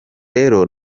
rero